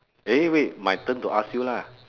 eh wait my turn to ask you lah